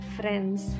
friends